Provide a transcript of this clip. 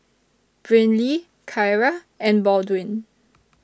Brynlee Kyra and Baldwin